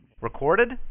Recorded